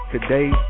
today